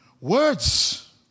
Words